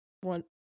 one